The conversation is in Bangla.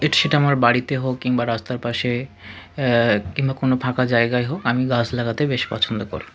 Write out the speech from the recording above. সেটা আমার বাড়িতে হোক কিংবা রাস্তার পাশে কিংবা কোনও ফাঁকা জায়গায় হোক আমি গাছ লাগাতে বেশ পছন্দ করি